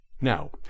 Now